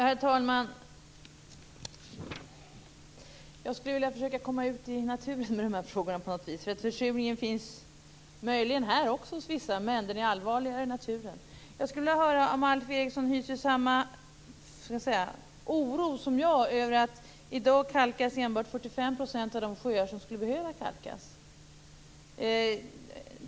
Herr talman! Jag skall försöka komma ut i naturen i de här frågorna på något vis. Försurningen finns möjligen också här hos vissa, men den är allvarligare i naturen. Jag skulle vilja höra om Alf Eriksson hyser samma oro som jag över att det enbart är 45 % av de sjöar som skulle behöva kalkas som kalkas i dag.